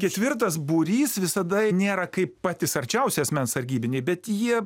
ketvirtas būrys visada nėra kaip patys arčiausi asmens sargybiniai bet jie